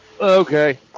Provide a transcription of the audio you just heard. Okay